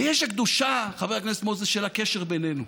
ויש הקדושה, חבר הכנסת מוזס, של הקשר בינינו,